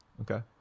Okay